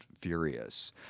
furious